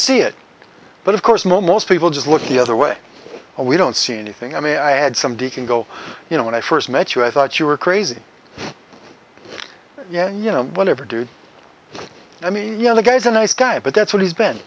see it but of course most people just look the other way we don't see anything i mean i had some deacon go you know when i first met you i thought you were crazy yeah you know whatever dude i mean yeah the guy's a nice guy but that's what he's been